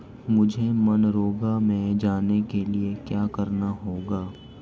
मुझे मनरेगा में जाने के लिए क्या करना होगा?